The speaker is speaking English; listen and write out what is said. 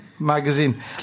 Magazine